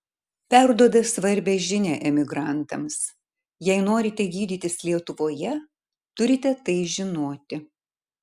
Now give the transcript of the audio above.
perduoda svarbią žinią emigrantams jei norite gydytis lietuvoje turite tai žinoti